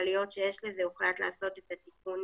הכלכליות שיש לזה הוחלט לעשות את התיקון